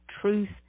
truth